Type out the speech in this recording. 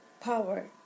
power